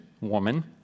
woman